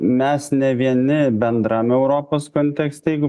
mes ne vieni bendrame europos kontekste jeigu